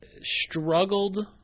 struggled